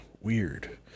weird